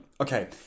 okay